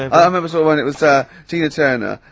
i i remember so when it was ah, tina turner,